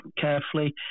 carefully